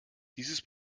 dieses